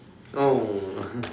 oh